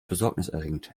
besorgniserregend